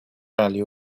value